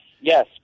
yes